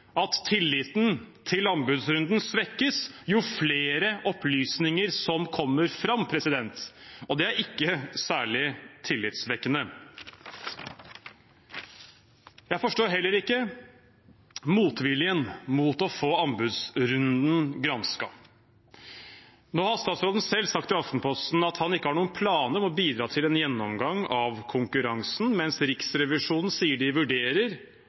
fordi tilliten til anbudsrunden svekkes jo flere opplysninger som kommer fram. Det er ikke særlig tillitvekkende. Jeg forstår heller ikke motviljen mot å få anbudsrunden gransket. Nå har statsråden selv sagt til Aftenposten at han ikke har noen planer om å bidra til en gjennomgang av konkurransen, mens Riksrevisjonen sier de vurderer